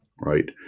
right